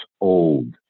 old